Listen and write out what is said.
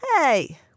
Hey